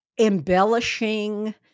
embellishing